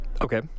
Okay